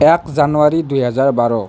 এক জানুৱাৰী দুহেজাৰ বাৰ